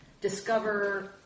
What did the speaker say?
discover